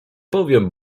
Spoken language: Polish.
powiem